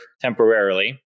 temporarily